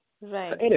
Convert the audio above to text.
Right